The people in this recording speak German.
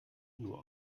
nur